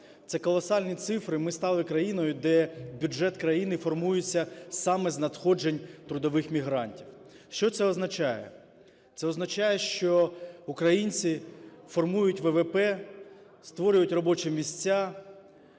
Це колосальні цифри. Ми стали країною, де бюджет країни формується саме з надходжень трудових мігрантів. Що це означає? Це означає, що українці формують ВВП, створюють робочі місця,